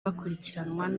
bakurikiranwa